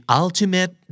ultimate